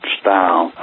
style